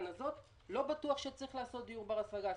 הזאת: לא בטוח שצריך לעשות דיור בר-השגה.